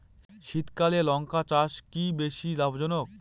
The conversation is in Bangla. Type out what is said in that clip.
শীতকালে লঙ্কা চাষ কি বেশী লাভজনক?